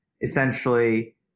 Essentially